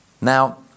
now